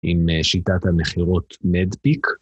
עם שיטת המחירות מדפיק.